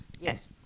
Yes